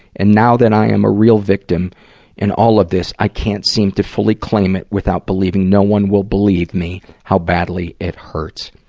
and now that i am a real victim in all of this, i can't seem to fully claim it without believing no one will believe me how badly it hurts.